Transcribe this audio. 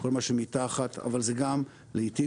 אבל זה גם לעתים,